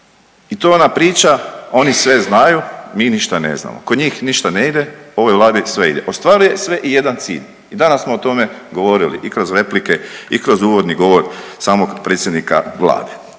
I to je ona priča oni sve znaju, mi ništa ne znamo. Kod njih ništa ne ide, ovoj Vladi sve ide. Ostvaruje sve i jedan cilj i danas smo o tome govorili i kroz replike i kroz uvodni govor samog predsjednika Vlade.